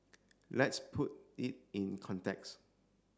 let's put it in context